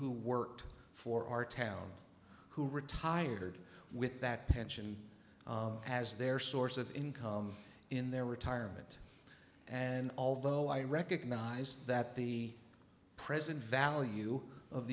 who worked for our town who retired with that pension as their source of income in their retirement and although i recognize that the present value of